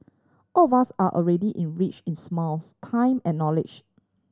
all of us are already in rich in smiles time and knowledge